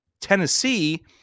Tennessee